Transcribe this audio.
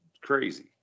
crazy